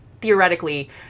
theoretically